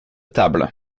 table